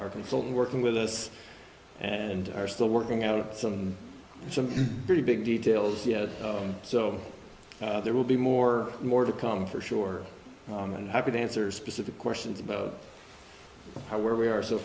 our consultant working with us and are still working out some some pretty big details yet so there will be more more to come for sure and i could answer specific questions about how where we are so